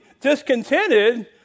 discontented